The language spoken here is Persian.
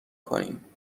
کنیم